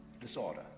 disorder